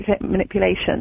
Manipulation